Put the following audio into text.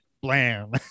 blam